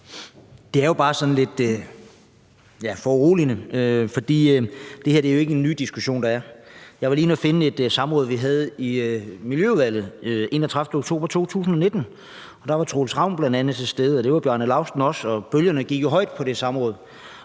Det er bare sådan lidt, ja, foruroligende, for det her er jo ikke en ny diskussion. Jeg var lige inde at finde et samråd, vi havde i Miljø- og Fødevareudvalget den 31. oktober 2019. Der var Troels Ravn bl.a. til stede, og det var Bjarne Lausten også, og bølgerne gik jo højt på det samråd.